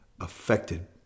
affected